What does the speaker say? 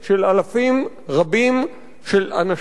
של אלפים רבים של אנשים,